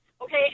okay